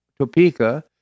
Topeka